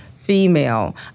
female